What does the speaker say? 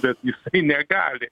bet jisai negali